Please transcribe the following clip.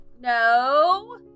No